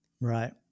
Right